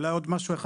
אולי עוד משהו אחד,